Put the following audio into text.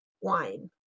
wine